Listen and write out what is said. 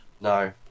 No